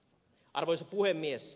arvoisa puhemies